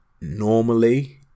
normally